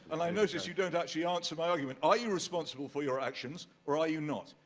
and i noticed you don't actually answer my argument. are you responsible for your actions, or are you not?